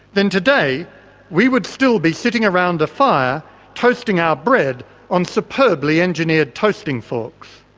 then today we would still be sitting around a fire toasting our bread on superbly engineered toasting forks.